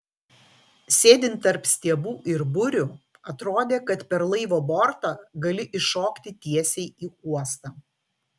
sėdint tarp stiebų ir burių atrodė kad per laivo bortą gali iššokti tiesiai į uostą